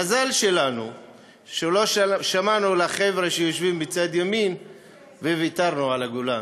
מזל שלנו שלא שמענו לחבר'ה שיושבים בצד ימין וויתרנו על הגולן.